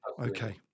Okay